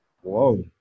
whoa